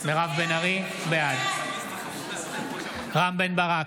בעד מירב בן ארי, בעד רם בן ברק,